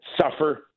suffer